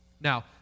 Now